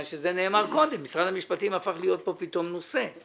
משרד המשפטים הפך להיות כאן פתאום נושא.